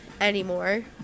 anymore